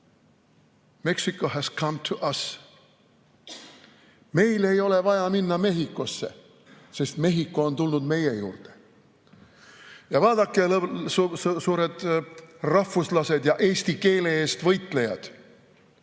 Mexico came here." Meil ei ole vaja minna Mehhikosse, sest Mehhiko on tulnud meie juurde. Vaadake, suured rahvuslased ja eesti keele eest võitlejad,